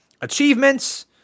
Achievements